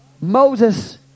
Moses